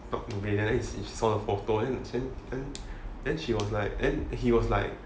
talk to me then he he saw the photo then then then she was like then he was like